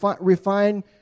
refine